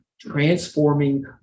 Transforming